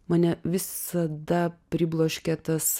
mane visada pribloškia tas